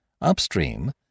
Upstream